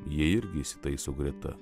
jie irgi įsitaiso greta